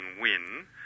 win